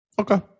Okay